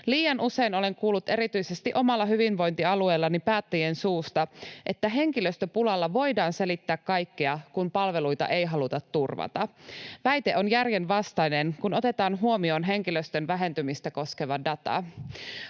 Liian usein olen kuullut erityisesti omalla hyvinvointialueellani päättäjien suusta, että henkilöstöpulalla voidaan selittää kaikkea, kun palveluita ei haluta turvata. Väite on järjenvastainen, kun otetaan huomioon henkilöstön vähentymistä koskeva data.